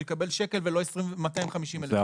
הוא יקבל שקל ולא 250 אלף שקלים.